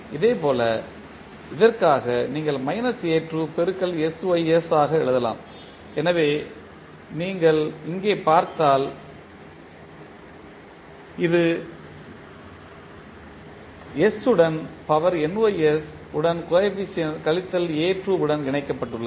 இதேபோல் இதற்காக நீங்கள் மைனஸ் a2 பெருக்கல் sys ஆக எழுதலாம் எனவே நீங்கள் இங்கே பார்த்தால் இது s உடன் பவர் nys உடன் கோஎபிசியன்ட் கழித்தல் a2 உடன் இணைக்கப்பட்டுள்ளது